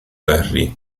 henry